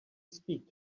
speak